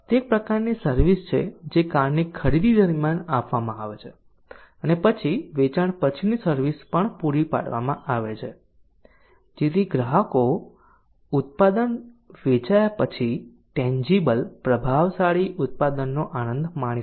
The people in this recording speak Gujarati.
તે એક પ્રકારની સર્વિસ છે જે કારની ખરીદી દરમિયાન આપવામાં આવે છે અને પછી વેચાણ પછીની સર્વિસ પણ પૂરી પાડવામાં આવે છે જેથી ગ્રાહકો ઉત્પાદન વેચાયા પછી ટેન્જીબલ પ્રભાવશાળી ઉત્પાદનનો આનંદ માણી શકે